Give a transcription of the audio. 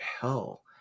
hell